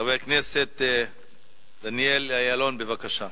חבר הכנסת דניאל אילון, בבקשה.